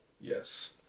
Yes